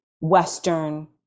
Western